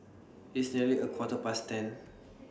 its nearly A Quarter Past ten